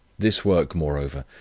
this work, moreover,